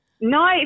No